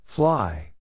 Fly